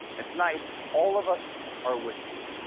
and tonight all of us are with you.